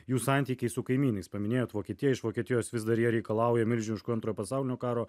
jų santykiai su kaimynais paminėjot vokietiją iš vokietijos vis dar jie reikalauja milžiniškų antro pasaulinio karo